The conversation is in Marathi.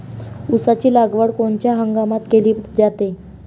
ऊसाची लागवड कोनच्या हंगामात केली जाते?